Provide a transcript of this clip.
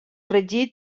regit